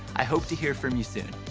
i hope to hear from you soon.